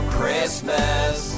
Christmas